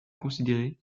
considéré